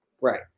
Right